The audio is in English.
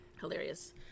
hilarious